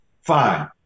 fine